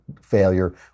failure